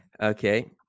Okay